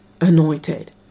Anointed